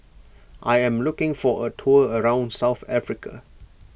I am looking for a tour around South Africa